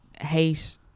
hate